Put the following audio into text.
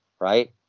right